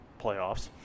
playoffs